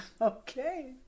Okay